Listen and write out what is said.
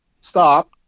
Stop